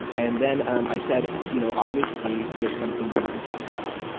and then um i said, you know obviously there is something you want to talk about,